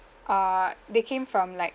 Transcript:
err they came from like